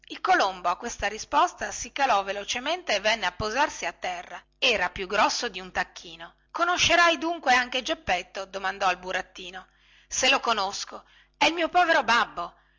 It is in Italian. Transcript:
il colombo a questa risposta si calò velocemente e venne a posarsi a terra era più grosso di un tacchino conoscerai dunque anche geppetto domandò al burattino se lo conosco è il mio povero babbo